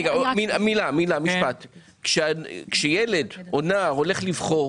כשנער הולך לבחור,